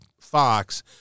fox